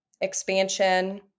expansion